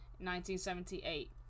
1978